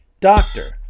doctor